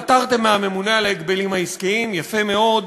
נפטרתם מהממונה על ההגבלים העסקיים, יפה מאוד,